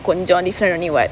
கொஞ்சம்:konjam different only [what]